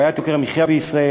בעיית יוקר המחיה בישראל,